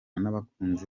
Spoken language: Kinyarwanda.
n’abakunzi